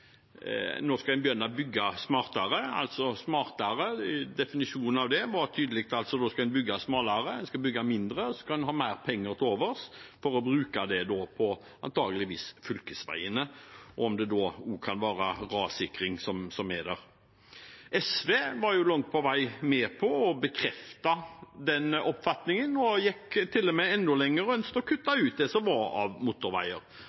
nå skal begynne å bygge smartere. Definisjonen av «smartere» var da tydeligvis at en skal bygge smalere, en skal bygge mindre, og en skal ha mer penger til overs som en da antageligvis skal bruke på fylkesveiene, og det kan også være rassikring. SV var langt på vei med på å bekrefte den oppfatningen, og de gikk til og med enda lenger og ønsket å kutte ut det som var av motorveier.